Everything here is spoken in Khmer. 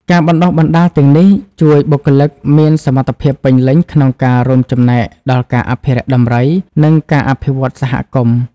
ការបណ្ដុះបណ្ដាលទាំងនេះជួយបុគ្គលិកមានសមត្ថភាពពេញលេញក្នុងការរួមចំណែកដល់ការអភិរក្សដំរី និងការអភិវឌ្ឍន៍សហគមន៍។